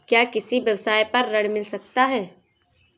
क्या किसी व्यवसाय पर ऋण मिल सकता है?